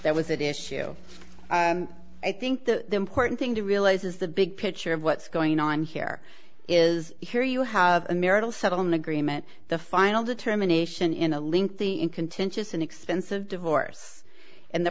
there was that issue and i think the important thing to realize is the big picture of what's going on here is here you have a marital settlement agreement the final determination in a link the in contentious and expensive divorce and the